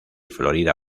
florida